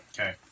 Okay